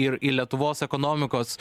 ir į lietuvos ekonomikos